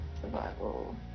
Survival